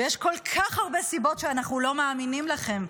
ויש כל כך הרבה סיבות שאנחנו לא מאמינים לכם,